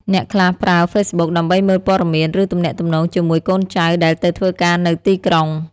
អ្នកខ្លះប្រើ ហ្វេសប៊ុក ដើម្បីមើលព័ត៌មាន ឬទំនាក់ទំនងជាមួយកូនចៅដែលទៅធ្វើការនៅទីក្រុង។